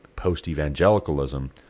Post-evangelicalism